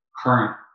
current